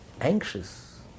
anxious